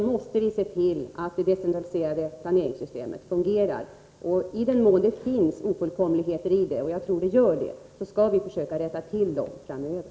måste vi se till att det decentraliserade planeringssystemet fungerar. I den mån det finns ofullkomligheter i detta system, och jag tror att det gör det, skall vi försöka rätta till dem framöver.